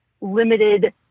limited